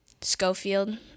Schofield